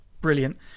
brilliant